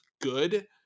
good